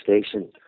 station